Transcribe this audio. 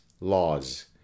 Laws